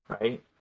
right